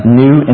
new